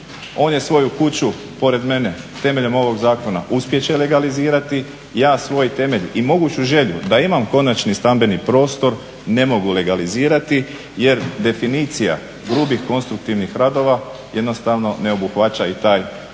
on je svoju kuću pored mene temeljem ovog zakona uspjet će legalizirati, ja svoj temelj i moguću želju da imam konačno stambeni prostor ne mogu legalizirati jer definicija grubih konstruktivnih radova jednostavno ne obuhvaća i taj dio